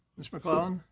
ms. mcclellan.